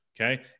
okay